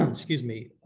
um excuse me,